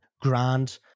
grand